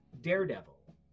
daredevil